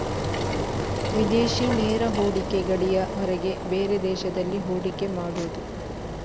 ವಿದೇಶಿ ನೇರ ಹೂಡಿಕೆ ಗಡಿಯ ಹೊರಗೆ ಬೇರೆ ದೇಶದಲ್ಲಿ ಹೂಡಿಕೆ ಮಾಡುದು